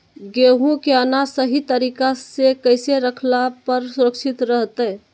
गेहूं के अनाज सही तरीका से कैसे रखला पर सुरक्षित रहतय?